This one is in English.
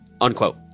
Unquote